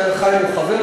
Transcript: וחיים הוא חבר,